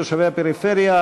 תושבי הפריפריה,